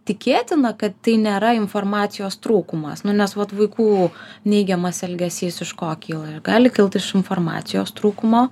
tikėtina kad tai nėra informacijos trūkumas nu nes vot vaikų neigiamas elgesys iš ko kyla gali kilt iš informacijos trūkumo